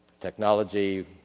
technology